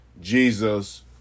Jesus